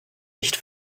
nicht